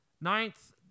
ninth